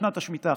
בשנת השמיטה,